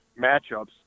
matchups